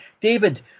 David